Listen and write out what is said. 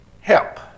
help